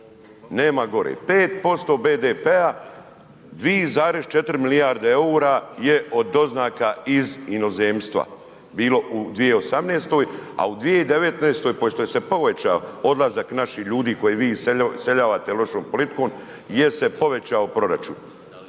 nema gore, 5% BDP-a 2,4 milijarde EUR-a je od doznaka iz inozemstva bilo u 2018., a u 2019. pošto je se povećao odlazak naših ljudi koje vi iseljavate lošom politikom je se povećao proračun